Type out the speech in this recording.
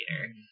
later